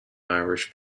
irish